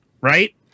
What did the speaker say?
right